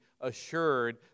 assured